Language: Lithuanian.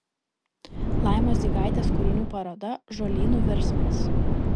laimos dzigaitės kūrinių paroda žolynų virsmas